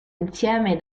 insieme